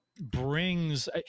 Brings